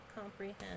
comprehend